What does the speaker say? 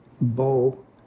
bow